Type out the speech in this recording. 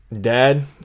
Dad